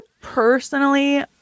personally